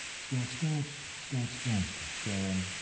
scotch, scotch, scotch, scotch. stan,